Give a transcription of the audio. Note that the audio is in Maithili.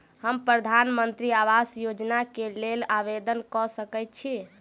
हम प्रधानमंत्री आवास योजना केँ लेल आवेदन कऽ सकैत छी?